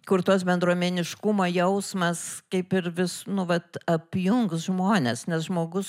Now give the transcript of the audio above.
kur tos bendruomeniškumo jausmas kaip ir vis nu vat apjungs žmones nes žmogus